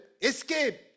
escape